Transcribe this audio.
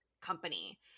company